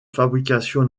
fabrication